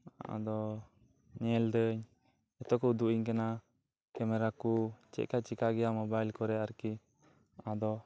ᱟᱫᱚ ᱧᱮᱞᱫᱟᱹᱧ ᱡᱚᱛᱚ ᱠᱚ ᱩᱫᱩᱜ ᱟᱹᱧ ᱠᱟᱱᱟ ᱠᱮᱢᱮᱨᱟᱠᱚ ᱪᱮᱫ ᱞᱮᱠᱟ ᱪᱮᱠᱟᱜᱮᱭᱟ ᱢᱚᱵᱟᱭᱤᱞ ᱠᱚᱨᱮ ᱟᱨᱠᱤ ᱟᱫᱚ